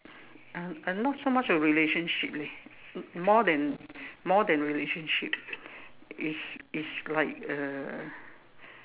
I'm I'm not so much of relationship leh more than more than relationship it's it's like uh